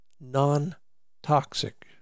non-toxic